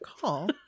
call